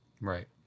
Right